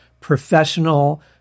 professional